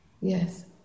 Yes